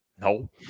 No